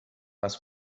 mas